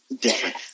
different